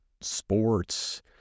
sports